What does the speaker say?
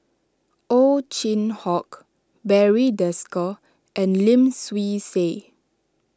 Ow Chin Hock Barry Desker and Lim Swee Say